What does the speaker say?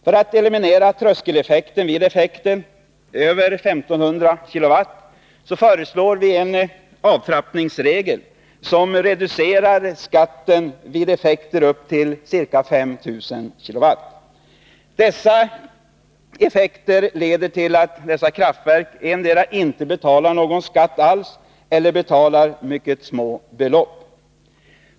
För att eliminera tröskeleffekten vid effekter över 1 500 kilowatt föreslår vi en avtrappningsregel som reducerar skatten vid effekter på upp till ca 1 500 kilowatt. Dessa effekter leder till att dessa kraftverk endera inte betalar någon skatt alls eller betalar mycket små belopp.